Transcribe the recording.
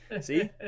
See